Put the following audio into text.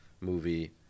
movie